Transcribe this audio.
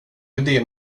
idé